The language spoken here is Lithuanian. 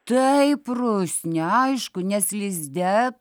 taip rusne aišku nes lizde